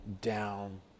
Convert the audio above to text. down